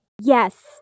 Yes